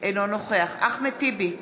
אינו נוכח אחמד טיבי,